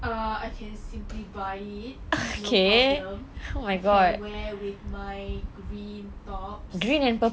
um I can simply buy it no problem I can wear with my green tops